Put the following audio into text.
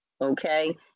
okay